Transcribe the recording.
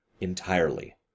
Entirely